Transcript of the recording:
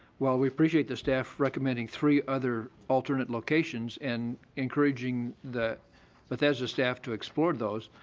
while we appreciate the staff recommending three other alternate locations and encouraging the bethesda staff to explore those,